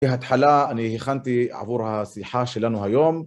בהתחלה אני הכנתי עבור השיחה שלנו היום